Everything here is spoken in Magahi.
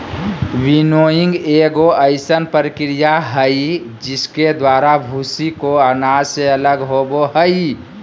विनोइंग एगो अइसन प्रक्रिया हइ जिसके द्वारा भूसी को अनाज से अलग होबो हइ